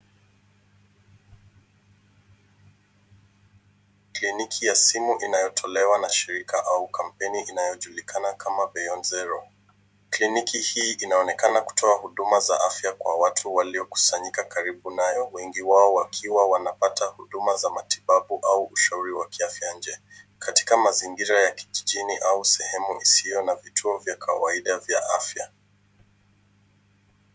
Kliniki ya simu inayotolewa na shirika au kampeni inayojulikana kama Beyond Zero . Kliniki hii inaonekana kutoa huduma za afya kwa watu waliokusanyika karibu nayo. Wengi wao wakiwa wanapata huduma za matibabu au ushauri wa kiafya nje. Katika mazingira ya kijijini au sehemu isiyo na vituo vya kawaida vya afya.